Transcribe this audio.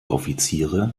offiziere